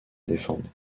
défendre